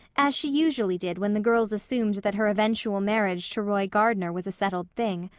as she usually did when the girls assumed that her eventual marriage to roy gardner was a settled thing.